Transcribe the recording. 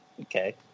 Okay